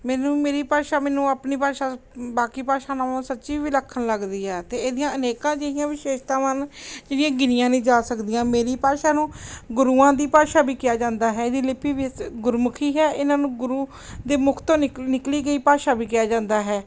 ਮੈਨੂੰ ਮੇਰੀ ਭਾਸ਼ਾ ਮੈਨੂੰ ਆਪਣੀ ਭਾਸ਼ਾ ਬਾਕੀ ਭਾਸ਼ਾਵਾਂ ਨਾਲੋਂ ਸੱਚੀ ਵਿਲੱਖਣ ਲੱਗਦੀ ਹੈ ਅਤੇ ਇਹਦੀਆਂ ਅਨੇਕਾਂ ਅਜਿਹੀਆਂ ਵਿਸ਼ੇਸ਼ਤਾਵਾਂ ਹਨ ਜਿਹੜੀਆਂ ਗਿਣੀਆਂ ਨਹੀਂ ਜਾ ਸਕਦੀਆਂ ਮੇਰੀ ਭਾਸ਼ਾ ਨੂੰ ਗੁਰੂਆਂ ਦੀ ਭਾਸ਼ਾ ਵੀ ਕਿਹਾ ਜਾਂਦਾ ਹੈ ਇਹਦੀ ਲਿਪੀ ਵੀ ਗੁਰਮੁਖੀ ਹੈ ਇਹਨਾਂ ਨੂੰ ਗੁਰੂ ਦੇ ਮੁੱਖ ਤੋਂ ਨਿਕਲੀ ਗਈ ਭਾਸ਼ਾ ਵੀ ਕਿਹਾ ਜਾਂਦਾ ਹੈ